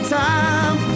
time